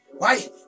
right